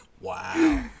Wow